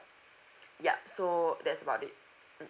yup so that's about it